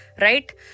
right